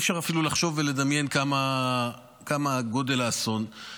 אי-אפשר אפילו לחשוב ולדמיין כמה גדול האסון.